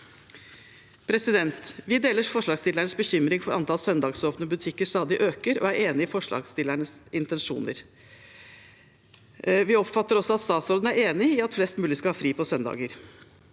habiliteten. Vi deler forslagsstillernes bekymring for at antall søndagsåpne butikker stadig øker, og er enig i forslagsstillernes intensjoner. Vi oppfatter også at statsråden er enig i at flest mulig skal ha fri på søndager.